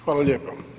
Hvala lijepa.